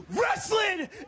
wrestling